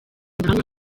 ndahamya